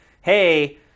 hey